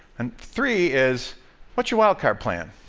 and three is what's your wild-card plan?